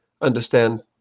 understand